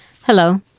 Hello